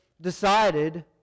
decided